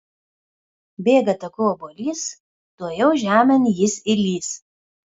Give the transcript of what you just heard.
bėga taku obuolys tuojau žemėn jis įlįs